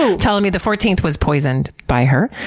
and ptolemy the fourteenth was poisoned by her.